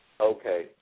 Okay